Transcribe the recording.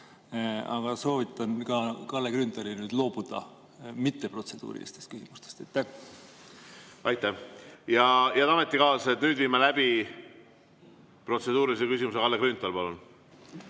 Aga soovitan ka Kalle Grünthalil nüüd loobuda mitteprotseduurilistest küsimustest. Aitäh! Head ametikaaslased, nüüd viime läbi ... Protseduuriline küsimus. Kalle Grünthal,